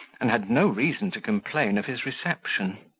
and had no reason to complain of his reception.